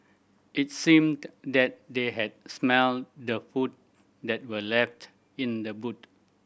it seemed that they had smelt the food that were left in the boot